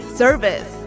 service